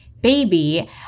baby